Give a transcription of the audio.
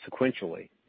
sequentially